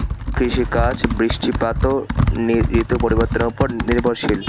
কৃষিকাজ বৃষ্টিপাত ও ঋতু পরিবর্তনের উপর নির্ভরশীল